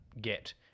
get